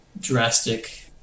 drastic